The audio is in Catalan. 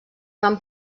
van